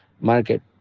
market